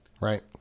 right